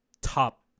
top